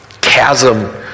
chasm